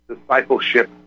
discipleship